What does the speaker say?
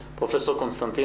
בכל פעם שקצת מצמצתי